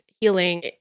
healing